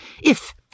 if